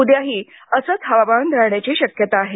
उद्याही असंच हवामान राहण्याची शक्यता आहे